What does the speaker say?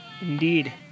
Indeed